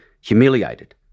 humiliated